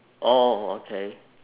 orh okay